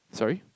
sorry